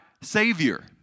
Savior